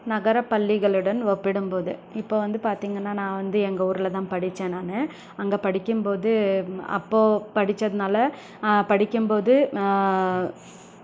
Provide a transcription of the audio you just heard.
நகர பள்ளிகளுடன் ஒப்பிடும்போது இப்போ வந்து பார்த்தீங்கன்னா நான் வந்து எங்கள் ஊரில்தான் படித்தேன் நான் அங்கே படிக்கும் போது அப்போது படித்ததுனால படிக்கும்போது